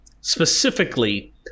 specifically